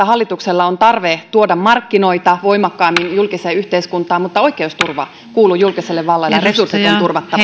hallituksella on tarve tuoda markkinoita voimakkaammin julkiseen yhteiskuntaan mutta oikeusturva kuuluu julkiselle vallalle ja resurssit on turvattava